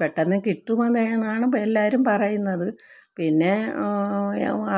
പെട്ടെന്ന് കിട്ടുമെന്നാണ് എല്ലാവരും പറയുന്നത് പിന്നേ